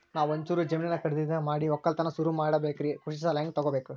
ನಾ ಒಂಚೂರು ಜಮೀನ ಖರೀದಿದ ಮಾಡಿ ಒಕ್ಕಲತನ ಸುರು ಮಾಡ ಬೇಕ್ರಿ, ಕೃಷಿ ಸಾಲ ಹಂಗ ತೊಗೊಬೇಕು?